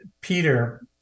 Peter